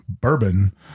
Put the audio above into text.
bourbon